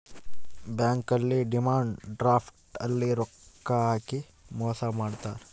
bank ಅಲ್ಲಿ demand draft ಅಲ್ಲಿ ರೊಕ್ಕ ಹಾಕಿ ಮೋಸ ಮಾಡ್ತಾರ